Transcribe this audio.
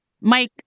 Mike